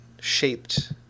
shaped